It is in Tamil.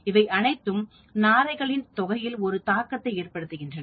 இவை அனைத்தும் நாரைகளின் தொகையில் ஒரு தாக்கத்தை ஏற்படுத்துகின்றன